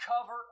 cover